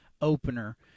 opener